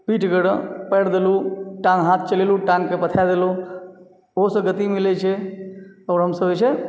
पीठ गरय पारि देलहुँ टाँग हाथ चेललहुँ टाँगके पथा देलहुँ ओहोसँ गति मिलय छै आओर हमसभ जे छै